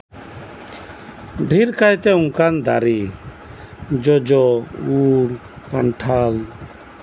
ᱰᱷᱮᱨ ᱠᱟᱭᱛᱮ ᱚᱱᱠᱟᱱ ᱫᱟᱨᱮ ᱡᱚᱡᱚ ᱩᱞ ᱠᱟᱱᱴᱷᱟᱲ